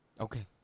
Okay